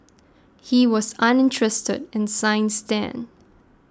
he was uninterested in science then